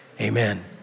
amen